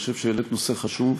אני חושב שהעלית נושא חשוב,